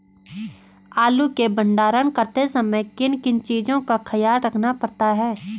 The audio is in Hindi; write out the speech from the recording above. आलू के भंडारण करते समय किन किन चीज़ों का ख्याल रखना पड़ता है?